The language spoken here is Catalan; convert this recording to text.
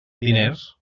diners